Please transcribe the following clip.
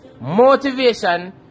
motivation